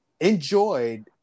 enjoyed